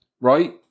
right